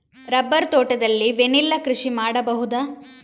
Rubber ತೋಟದಲ್ಲಿ vanilla ಕೃಷಿ ಮಾಡಬಹುದಾ?